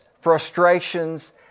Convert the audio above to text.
frustrations